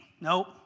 Nope